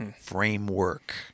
framework